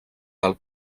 del